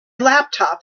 laptop